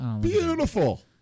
Beautiful